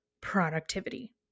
productivity